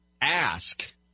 ask